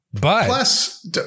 plus